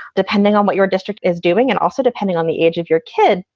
depending on what your district is doing and also depending on the age of your kid.